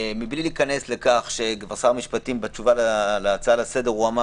מבלי להיכנס לכך ששר המשפטים בתשובה להצעה לסדר אמר